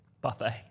Buffet